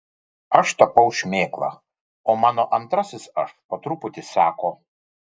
aš tapau šmėkla o mano antrasis aš po truputį seko